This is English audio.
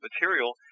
material